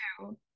two